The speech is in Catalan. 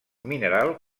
mineral